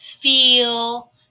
feel